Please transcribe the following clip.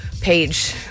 page